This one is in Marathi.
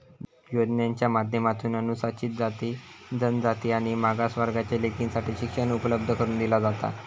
योजनांच्या माध्यमातून अनुसूचित जाती, जनजाति आणि मागास वर्गाच्या लेकींसाठी शिक्षण उपलब्ध करून दिला जाता